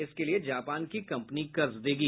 इसके लिए जापान की कम्पनी कर्ज देगी